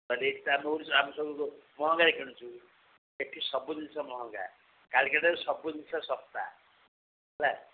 ଯଦି ଆମେ ସବୁ ମହଙ୍ଗାରେ କିଣୁଛୁ ଏଠି ସବୁ ଜିନିଷ ମହଙ୍ଗା କାଲ୍କାଟାରେ ସବୁ ଜିନିଷ ଶସ୍ତା ହେଲା